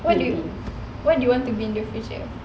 what do you what do you want to be in the future